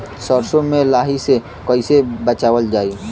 सरसो में लाही से कईसे बचावल जाई?